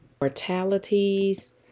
mortalities